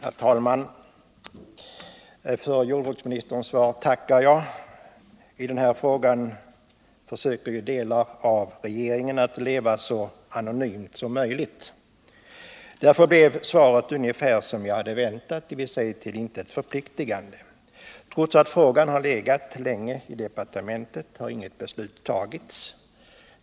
Herr talman! För jordbruksministerns svar tackar jag. I den här frågan försöker ju delar av regeringen att leva så anonymt som möjligt. Därför blev svaret ungefär som väntat — dvs. till intet förpliktande. Trots att frågan har legat länge i departementet har inget beslut tagits.